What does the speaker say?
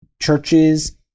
churches